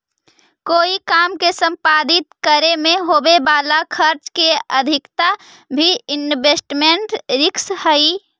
कोई काम के संपादित करे में होवे वाला खर्च के अधिकता भी इन्वेस्टमेंट रिस्क हई